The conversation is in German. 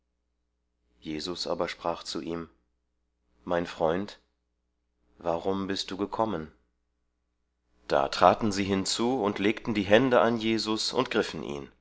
jesus aber sprach zu ihm mein freund warum bist du gekommen da traten sie hinzu und legten die hände an jesus und griffen ihn